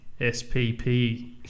SPP